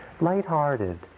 lighthearted